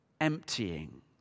emptying